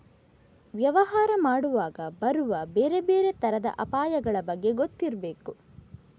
ವ್ಯವಹಾರ ಮಾಡುವಾಗ ಬರುವ ಬೇರೆ ಬೇರೆ ತರದ ಅಪಾಯಗಳ ಬಗ್ಗೆ ಗೊತ್ತಿರ್ಬೇಕು